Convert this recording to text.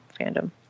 fandom